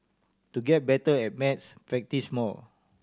to get better at maths practise more